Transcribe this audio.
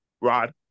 Rod